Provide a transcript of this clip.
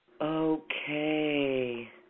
Okay